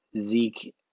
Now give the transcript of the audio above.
Zeke